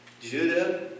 Judah